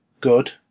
good